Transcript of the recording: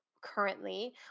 currently